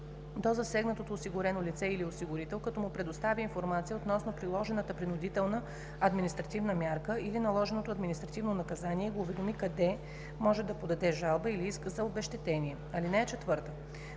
до засегнатото осигурено лице или осигурител, като му предостави информация относно приложената принудителна административна мярка или наложеното административно наказание и го уведоми къде може да подаде жалба или иск за обезщетение. (4) Комисията